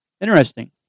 Interesting